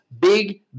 big